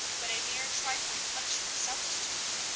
but a mere trifling punishment substituted.